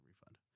refund